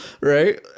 Right